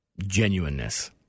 genuineness